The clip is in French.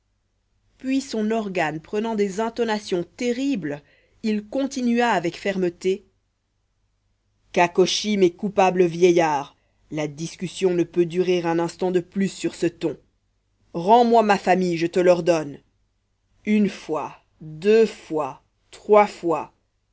puis son organe prenant des intonations terribles il continua avec fermeté cacochyme et coupable vieillard la discussion ne peut durer un instant de plus sur ce ton rends-moi ma famille je te l'ordonne une fois deux fois trois fois